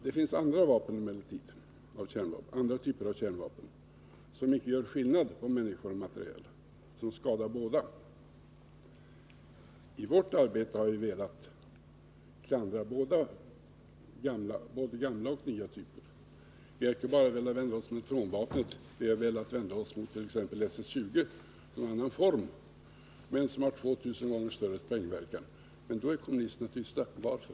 Det finns emellertid andra typer av kärnvapen, som icke gör skillnad mellan människor och materiel utan som skadar bådadera. I vårt arbete har vi velat klandra både gamla och nya kärnvapentyper. Vi har icke bara velat vända oss mot neutronvapnet utan också mot t.ex. SS-20, som är en annan form men med 2 000 gånger större sprängverkan. Men då är kommunisterna tysta. Varför?